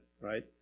right